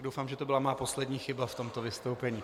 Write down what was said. Doufám, že to byla moje poslední chyba v tomto vystoupení.